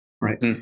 right